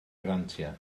grantiau